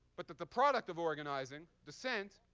but that the product of organizing, dissent